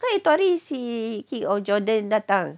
kan itu hari si king of jordan datang